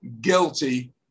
guilty